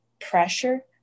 pressure